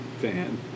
Fan